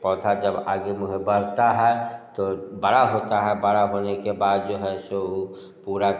पौधा जब आगे बढ़ता है तो बड़ा होता है बड़ा होने के बाद जो है सो पूरा